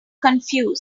confused